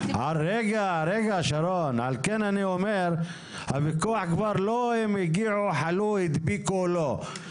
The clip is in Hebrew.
אני אומר שהוויכוח הוא לא אם חלו או הדביקו או לא,